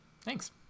Thanks